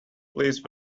please